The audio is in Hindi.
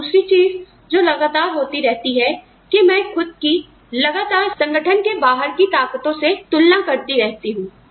और दूसरी चीज जो लगातार होती रहती है कि मैं खुद की लगातार संगठन के बाहर की ताक़तो से तुलना करती रहती हूं